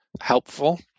helpful